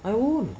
I won't